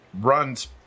runs